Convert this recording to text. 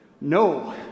no